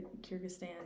Kyrgyzstan